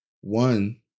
one